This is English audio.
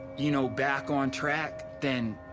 you know back on track then,